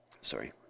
Sorry